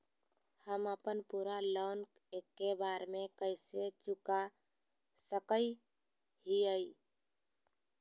हम अपन पूरा लोन एके बार में कैसे चुका सकई हियई?